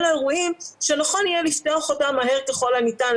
אלה האירועים שנכון יהיה לפתוח אותם מהר ככל הניתן,